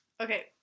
Okay